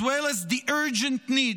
as well as the urgent need